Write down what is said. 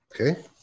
okay